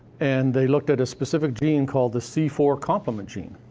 and they looked at a specific gene called the c four complement gene.